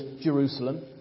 Jerusalem